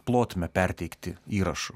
plotmę perteikti įrašu